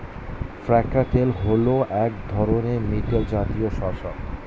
foxtail হল এক ধরনের মিলেট জাতীয় শস্য